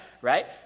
right